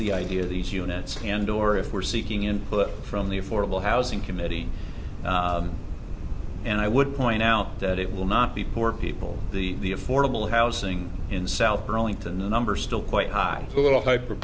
the idea of these units and or if we're seeking input from the affordable housing committee and i would point out that it will not be poor people the the affordable housing in south burlington the number still quite high a little hyper